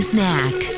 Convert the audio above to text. Snack